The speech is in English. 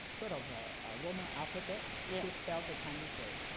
sort of a roman alphabet to spell the chinese word.